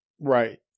Right